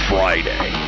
Friday